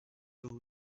too